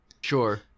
Sure